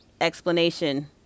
explanation